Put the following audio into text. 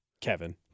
Kevin